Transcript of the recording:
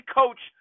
coach